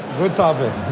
good topic.